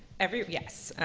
every, yes.